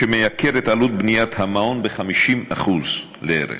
שמייקר את עלות בניית מעון ב-50% לערך,